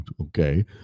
Okay